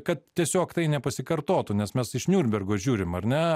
kad tiesiog tai nepasikartotų nes mes iš niurnbergo žiūrim ar ne